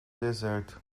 deserto